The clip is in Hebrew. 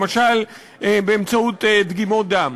למשל באמצעות דגימות דם.